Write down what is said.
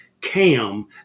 cam